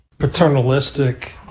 Paternalistic